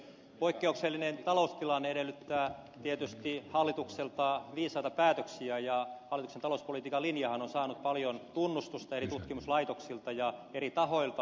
poikkeuksellinen taloustilanne edellyttää tietysti hallitukselta viisaita päätöksiä ja hallituksen talouspolitiikan linjahan on saanut paljon tunnustusta eri tutkimuslaitoksilta ja eri tahoilta